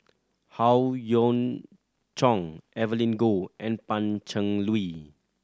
Howe Yoon Chong Evelyn Goh and Pan Cheng Lui